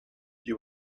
you